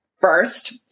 first